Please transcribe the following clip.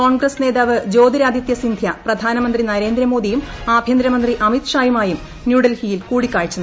കോൺഗ്രസ്സ് നേതാവ് ജ്യോതിരാദിത്യ സിന്ധ്യ പ്രധാനമന്ത്രി നരേന്ദ്രമോദിയും ആഭ്യന്തരമന്ത്രി അമിത്ഷായുമായും ന്യൂഡൽഹിയിൽ കൂടിക്കാഴ്ച നടത്തി